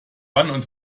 wann